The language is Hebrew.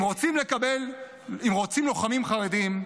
אם רוצים לוחמים חרדים,